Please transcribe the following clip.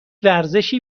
ورزشی